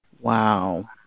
Wow